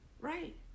right